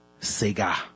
Sega